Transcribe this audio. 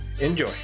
Enjoy